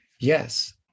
Yes